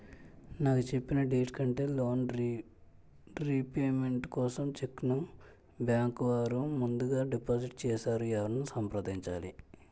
నాకు చెప్పిన డేట్ కంటే లోన్ రీపేమెంట్ కోసం చెక్ ను బ్యాంకు వారు ముందుగా డిపాజిట్ చేసారు ఎవరిని సంప్రదించాలి?